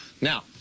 Now